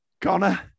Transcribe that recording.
Connor